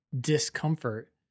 discomfort